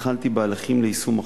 התחלתי בהליכים ליישום החוק,